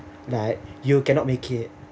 like you cannot make it